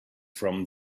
from